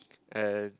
and